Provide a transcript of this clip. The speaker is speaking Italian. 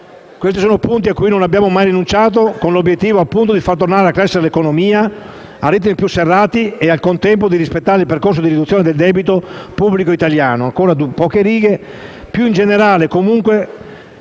Questi sono punti a cui non abbiamo mai rinunciato, con l'obiettivo appunto di far ritornare a crescere l'economia a ritmi più serrati e al contempo a rispettare il percorso di riduzione del debito pubblico italiano. Più in generale, comunque,